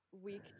week